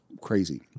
crazy